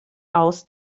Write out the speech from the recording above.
aus